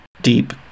deep